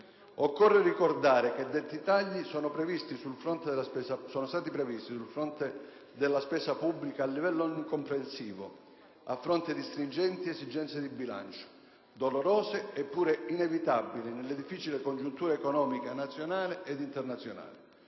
Occorre ricordare che detti tagli sono stati previsti sul fronte della spesa pubblica a livello onnicomprensivo, a fronte di stringenti esigenze di bilancio, dolorose eppure inevitabili nella difficile congiuntura economica nazionale e internazionale.